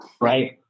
right